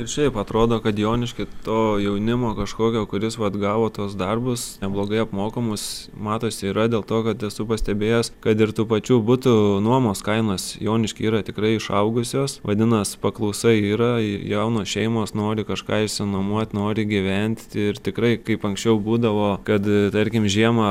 ir šiaip atrodo kad jonišky to jaunimo kažkokio kuris vat gavo tuos darbus neblogai apmokamus matosi yra dėl to kad esu pastebėjęs kad ir tų pačių butų nuomos kainos jonišky yra tikrai išaugusios vadinas paklausa yra jaunos šeimos nori kažką išsinuomot nori gyvent ir tikrai kaip anksčiau būdavo kad tarkim žiemą